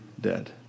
dead